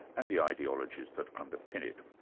and the ideologies that underpin it.